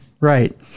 Right